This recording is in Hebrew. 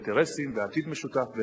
אינטרסים ועתיד משותף,